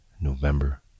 November